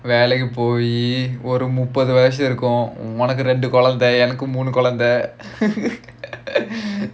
வேலைக்கு போய் ஒரு முப்பது வருஷம் இருக்கும் உனக்கு ரெண்டு குழந்தை எனக்கு மூணு குழந்தை:velaikki poyi oru muppathu varusham irukkum unnakku rendu kulanthai enakku moonu kulanthai